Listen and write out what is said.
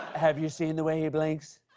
have you seen the way he blinks?